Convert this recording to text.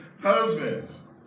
Husbands